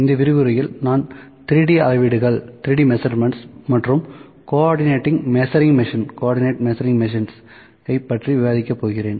இந்த விரிவுரையில் நான் 3D அளவீடுகள் மற்றும் கோஆர்டினேட் மெஷரிங் மிஷின் ஐ பற்றி விவாதிக்க போகிறேன்